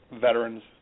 veterans